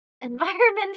environment